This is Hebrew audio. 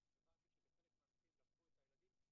והבנתי שבחלק מן המקרים גם לקחו מהם את הילדים.